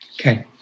Okay